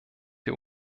der